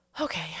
Okay